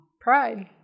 Pride